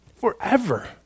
Forever